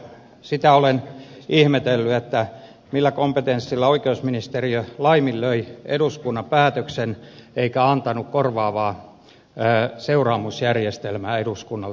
sitä olen ihmetellyt millä kompetenssilla oikeusministeriö laiminlöi eduskunnan päätöksen eikä antanut korvaavaa seuraamusjärjestelmää eduskunnalle